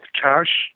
cash